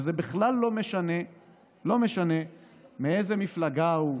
וזה בכלל לא משנה מאיזה מפלגה הוא,